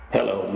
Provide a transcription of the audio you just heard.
Hello